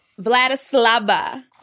vladislava